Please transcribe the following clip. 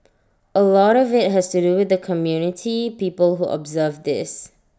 A lot of IT has to do with the community people who observe this